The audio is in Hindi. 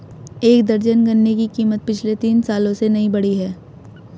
एक दर्जन गन्ने की कीमत पिछले तीन सालों से नही बढ़ी है